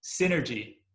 synergy